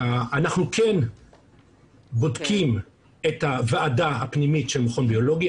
אנחנו כן בודקים את הוועדה הפנימית של המכון הביולוגי,